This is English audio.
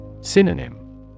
Synonym